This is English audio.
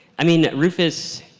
i mean rufus.